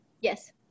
Yes